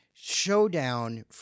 showdown